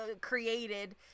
created